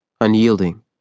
unyielding